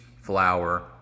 flour